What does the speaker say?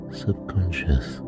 subconscious